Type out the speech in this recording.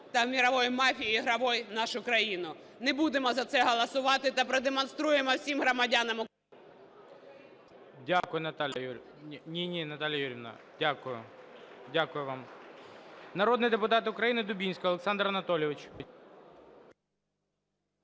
та мировой мафії ігровій в нашу країну. Не будемо за це голосувати та продемонструємо всім громадянам…